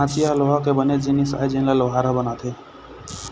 हँसिया ह लोहा के बने जिनिस आय जेन ल लोहार ह बनाथे